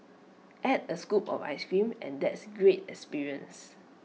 add A scoop of Ice Cream and that's A great experience